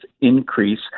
increase